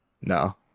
No